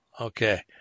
Okay